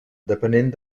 depenent